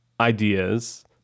ideas